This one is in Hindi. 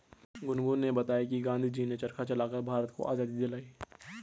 गुनगुन ने बताया कि गांधी जी ने चरखा चलाकर भारत को आजादी दिलाई